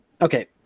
okay